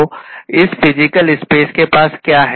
तो इस physical space के पास क्या है